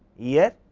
year,